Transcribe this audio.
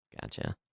Gotcha